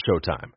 Showtime